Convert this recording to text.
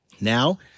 Now